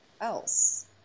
else